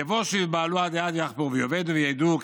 יבושו ויבהלו עדי עד ויחפרו ויאבדו.